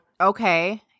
Okay